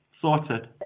Sorted